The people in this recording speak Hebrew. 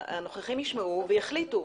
הנוכחים ישמעו ויחליטו.